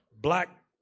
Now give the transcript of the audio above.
black